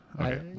Okay